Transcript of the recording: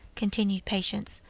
continued patience,